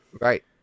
right